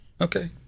Okay